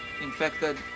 infected